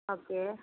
okay